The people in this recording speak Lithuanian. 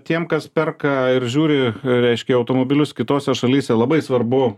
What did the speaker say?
tiem kas perka ir žiūri reiškia automobilius kitose šalyse labai svarbu